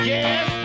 Yes